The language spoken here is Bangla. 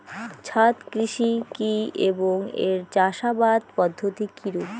ছাদ কৃষি কী এবং এর চাষাবাদ পদ্ধতি কিরূপ?